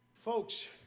Folks